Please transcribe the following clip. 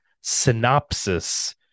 synopsis